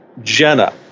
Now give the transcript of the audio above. Jenna